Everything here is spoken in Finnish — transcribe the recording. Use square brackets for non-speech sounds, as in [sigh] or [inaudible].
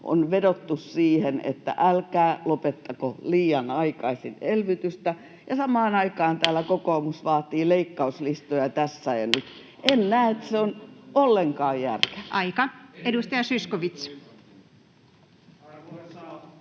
on vedottu siihen, että älkää lopettako liian aikaisin elvytystä. [noise] Samaan aikaan täällä kokoomus vaatii leikkauslistoja tässä ja nyt. En näe, että se on ollenkaan järkevää. [Speech